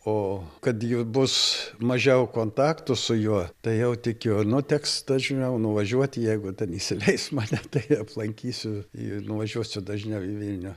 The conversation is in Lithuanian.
o kad jų bus mažiau kontaktų su juo tai jau tikiu nu teks dažniau nuvažiuoti jeigu ten įsileis mane tai aplankysiu ir nuvažiuosiu dažniau į vilnių